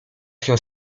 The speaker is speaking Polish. się